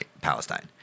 Palestine